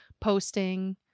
posting